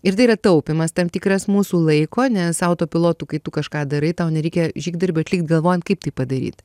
ir tai yra taupymas tam tikras mūsų laiko nes autopilotu kai tu kažką darai tau nereikia žygdarbių atlikt galvojant kaip tai padaryt